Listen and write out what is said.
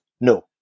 no